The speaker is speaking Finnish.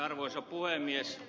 arvoisa puhemies